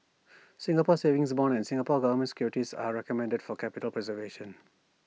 Singapore savings bonds and Singapore Government securities are recommended for capital preservation